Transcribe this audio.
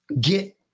get